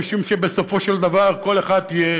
משום שבסופו של דבר כל אחד יהיה